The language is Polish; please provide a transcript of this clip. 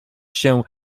się